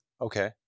Okay